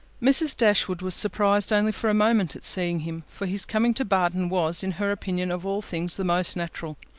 mrs. dashwood was surprised only for a moment at seeing him for his coming to barton was, in her opinion, of all things the most natural.